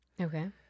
Okay